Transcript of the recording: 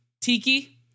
Tiki